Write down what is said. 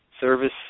service